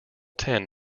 ten